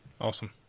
Awesome